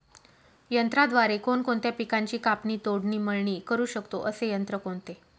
यंत्राद्वारे कोणकोणत्या पिकांची कापणी, तोडणी, मळणी करु शकतो, असे यंत्र कोणते?